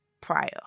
prior